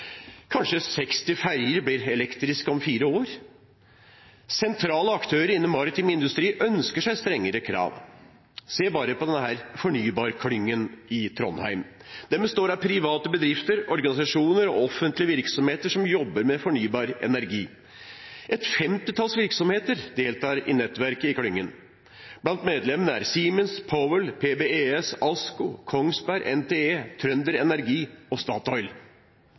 Kanskje 60 ferger blir elektriske om fire år? Sentrale aktører innen maritim industri ønsker seg strengere krav, se bare på fornybarklyngen i Trondheim. Den består av private bedrifter, organisasjoner og offentlige virksomheter som jobber med fornybar energi. Et femtitalls virksomheter deltar i nettverket i klyngen. Blant medlemmene er Siemens, Powel, PBES, ASKO, Kongsberg, NTE, TrønderEnergi og Statoil.